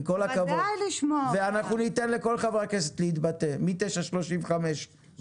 עם כל הכבוד ואנחנו ניתן לכל חברי הכנסת להתבטא מ-09:35 ומעלה,